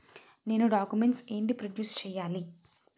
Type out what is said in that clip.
నేను డాక్యుమెంట్స్ ఏంటి ప్రొడ్యూస్ చెయ్యాలి?